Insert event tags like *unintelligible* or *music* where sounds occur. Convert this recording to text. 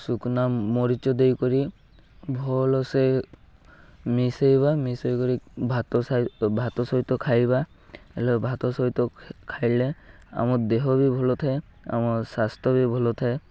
ସୁଖିଲା ମରିଚ ଦେଇକରି ଭଲସେ ମିଶାଇବା ମିଶାଇକରି ଭାତ *unintelligible* ଭାତ ସହିତ ଖାଇବା ହେଲେ ଭାତ ସହିତ ଖାଇଲେ ଆମ ଦେହ ବି ଭଲ ଥାଏ ଆମ ସ୍ୱାସ୍ଥ୍ୟ ବି ଭଲ ଥାଏ